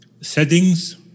settings